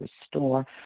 restore